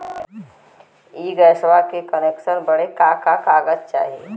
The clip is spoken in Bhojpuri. इ गइसवा के कनेक्सन बड़े का का कागज चाही?